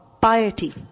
piety